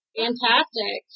fantastic